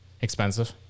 expensive